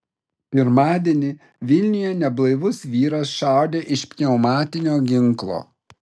pirmadienį vilniuje neblaivus vyras šaudė iš pneumatinio ginklo